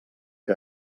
que